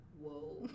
whoa